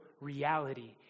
reality